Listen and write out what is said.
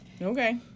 Okay